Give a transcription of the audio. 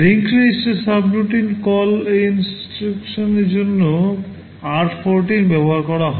link REGISTER subroutine call নির্দেশের জন্য r14 ব্যবহার করা হয়